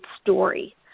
story